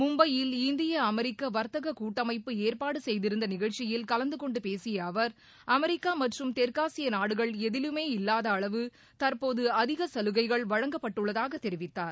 மும்பையில் இந்திய அமெரிக்க வர்த்தக கூட்டமைப்பு ஏற்பாடு செய்திருந்த நிகழ்ச்சியில் கலந்துகொண்டு பேசிய அவர் அமெரிக்கா மற்றும் தெற்காசிய நாடுகள் எதிலுமே இல்லாத அளவு தற்போது அதிக சலுகைகள் வழங்கப்பட்டுள்ளதாக தெரிவித்தார்